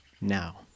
now